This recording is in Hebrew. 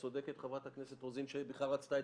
צודקת חברת הכנסת רוזין שבכלל רצתה את